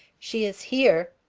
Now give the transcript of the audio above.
she is here.